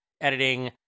editing